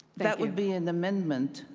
that would be an amendment,